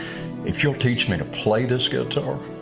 if you'll teach me to play this guitar,